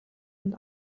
und